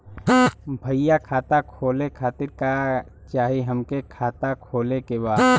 भईया खाता खोले खातिर का चाही हमके खाता खोले के बा?